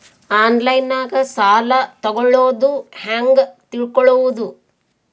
ಆನ್ಲೈನಾಗ ಸಾಲ ತಗೊಳ್ಳೋದು ಹ್ಯಾಂಗ್ ತಿಳಕೊಳ್ಳುವುದು?